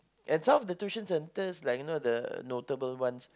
that's how the tuition center like you know the notable ones